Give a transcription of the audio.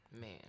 Man